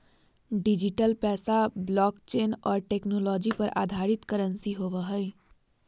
digital पैसा blockchain और technology पर आधारित करंसी होवो हइ